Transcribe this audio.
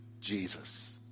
Jesus